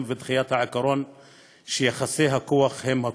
ודחיית העיקרון שיחסי הכוח הם הקובעים.